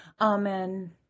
Amen